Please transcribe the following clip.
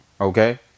Okay